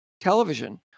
television